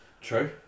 True